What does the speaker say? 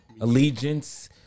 Allegiance